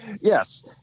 yes